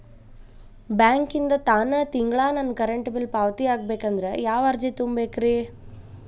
ಬ್ಯಾಂಕಿಂದ ತಾನ ತಿಂಗಳಾ ನನ್ನ ಕರೆಂಟ್ ಬಿಲ್ ಪಾವತಿ ಆಗ್ಬೇಕಂದ್ರ ಯಾವ ಅರ್ಜಿ ತುಂಬೇಕ್ರಿ?